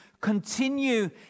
continue